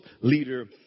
leader